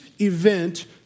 event